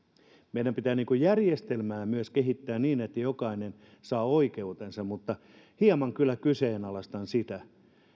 meidän pitää myös järjestelmää kehittää niin että jokainen saa oikeutensa mutta hieman kyllä kyseenalaistan sitä